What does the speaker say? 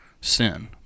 sin